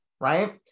right